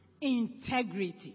integrity